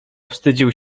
wstydził